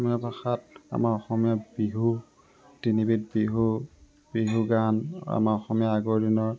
অসমীয়া ভাষাত আমাৰ অসমীয়া বিহু তিনিবিধ বিহু বিহু গান আমাৰ অসমীয়া আগৰ দিনৰ